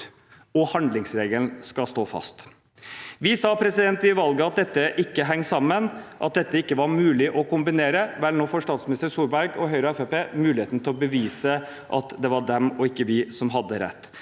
og handlingsregelen skal stå fast. Vi sa ved valget at dette ikke hang sammen, at dette ikke var mulig å kombinere. Nå får statsminister Solberg – Høyre og Fremskrittspartiet – muligheten til å bevise at det var de og ikke vi som hadde rett.